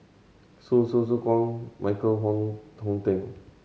Hsu Tse Kwang Michael Wong Hong Teng